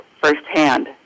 firsthand